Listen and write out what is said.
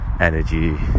energy